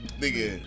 nigga